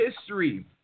history